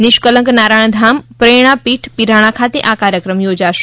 નિષ્ઠલંક નારાયણ ધામ પ્રેરણા પીઠ પિરાણા ખાતે આ કાર્યક્રમ યોજાશે